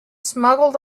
smuggled